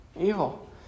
evil